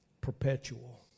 perpetual